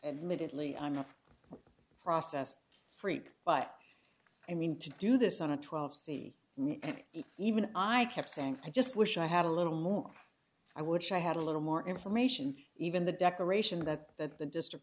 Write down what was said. admittedly i'm not a process freak but i mean to do this on a twelve c even i kept saying i just wish i had a little more i wish i had a little more information even the declaration that that the district